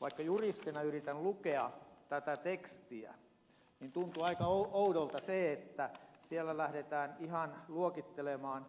vaikka juristina yritän lukea tätä tekstiä niin tuntuu aika oudolta se että siellä lähdetään ihan luokittelemaan